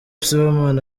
sibomana